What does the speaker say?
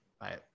Bye